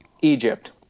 Egypt